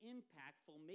Impactful